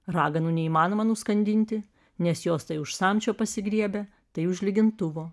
raganų neįmanoma nuskandinti nes jos tai už samčio pasigriebia tai už lygintuvo